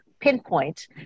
pinpoint